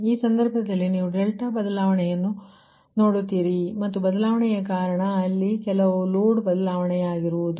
ಆ ಸಂದರ್ಭದಲ್ಲಿ ನೀವು ಡೆಲ್ಟಾ ಬದಲಾವಣೆಯನ್ನು ನೋಡುತ್ತೀರಿ ಮತ್ತು ಬದಲಾವಣೆಯ ಕಾರಣ ಅಲ್ಲಿ ಕೆಲವು ಲೋಡ್ ಬದಲಾವಣೆಯಾಗಿರುವುದು